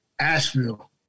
Asheville